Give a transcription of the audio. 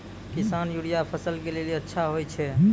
किसान यूरिया फसल के लेली अच्छा होय छै?